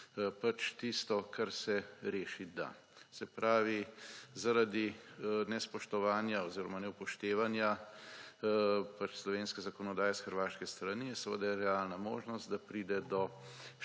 pač tisto, kar se rešiti da. Se pravi, zaradi nespoštovanja oziroma neupoštevanja pač slovenske zakonodaje s hrvaške strani je seveda realna možnost, da pride do škode